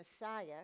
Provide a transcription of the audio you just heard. Messiah